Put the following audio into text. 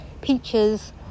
peaches